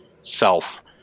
self